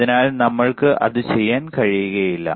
അതിനാൽ നമ്മൾക്ക് അത് ചെയ്യാൻ കഴിയില്ല